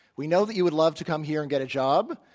we know that you would love to come here and get a job.